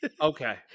okay